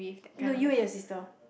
no you and your sister